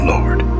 Lord